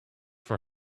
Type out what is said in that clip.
for